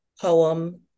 poem